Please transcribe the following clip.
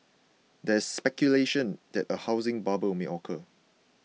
there is speculation that a housing bubble may occur